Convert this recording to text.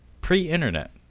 pre-internet